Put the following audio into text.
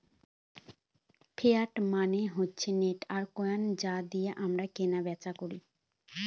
fiat মানে হচ্ছে note আর কয়েন যা দিয়ে আমরা কেনা বেচা করি